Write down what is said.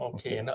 Okay